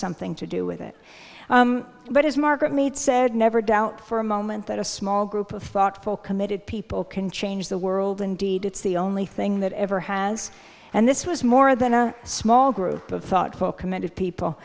something to do with it but as margaret mead said never doubt for a moment that a small group of thoughtful committed people can change the world indeed it's the only thing that ever has and this was more than a small group of thoughtful committed people